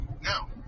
now